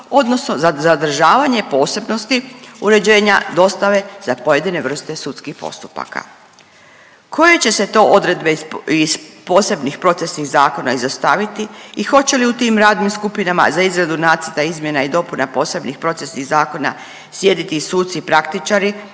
odnosno za zadržavanje posebnosti uređenja dostave za pojedine vrste sudskih postupaka. Koje će se to odredbe iz posebnih procesnih zakona izostaviti i hoće li u tim radnim skupinama za izradu nacrta izmjena i dopuna posebnih procesnih zakona sjediti i suci praktičari